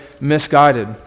misguided